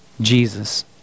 Jesus